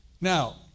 Now